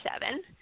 seven